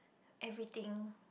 everything